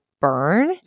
burn